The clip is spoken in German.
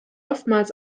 oftmals